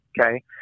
Okay